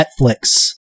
Netflix